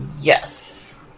yes